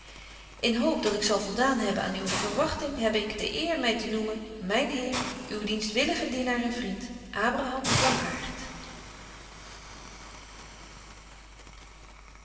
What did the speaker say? in hoop dat ik zal voldaan hebben aan uwe verwagting hebbe ik de eer my te noemen myn heer uw dienstwillige dienaar en